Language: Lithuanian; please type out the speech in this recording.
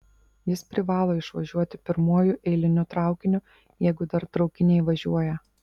jis privalo išvažiuoti pirmuoju eiliniu traukiniu jeigu dar traukiniai važiuoja